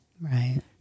right